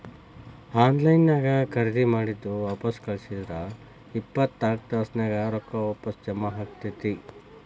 on line ನ್ಯಾಗ್ ಖರೇದಿ ಮಾಡಿದ್ ವಾಪಸ್ ಕಳ್ಸಿದ್ರ ಇಪ್ಪತ್ನಾಕ್ ತಾಸ್ನ್ಯಾಗ್ ರೊಕ್ಕಾ ವಾಪಸ್ ಜಾಮಾ ಆಕ್ಕೇತಿ